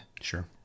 Sure